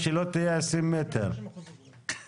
עם כל הכבוד למרכז השלטון המקומי וכל הכבוד לראשי רשויות,